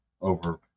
over